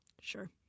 sure